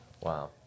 Wow